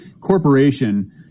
corporation